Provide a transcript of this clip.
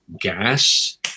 gas